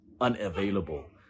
unavailable